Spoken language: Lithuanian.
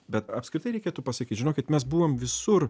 bet apskritai reikėtų pasakyt žinokit mes buvom visur